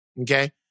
okay